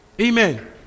amen